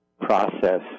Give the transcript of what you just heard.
process